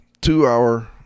two-hour